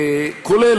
כולל,